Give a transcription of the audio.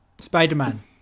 Spider-Man